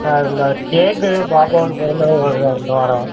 நான் கேக்கு பாப்பாவோடயப் பிறந்த நாள் வருது அடுத்த வாரம்